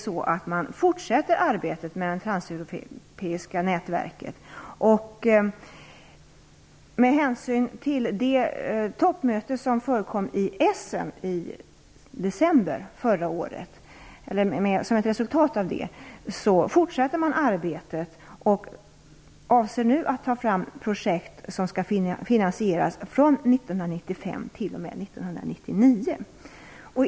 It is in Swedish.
Vidare fortsätter man arbetet med det transeuropeiska nätverket - som ett resultat av toppmötet i Essen i december förra året. Nu avser man att ta fram projekt som skall finansieras från 1995 t.o.m. 1999.